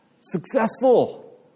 successful